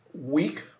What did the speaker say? week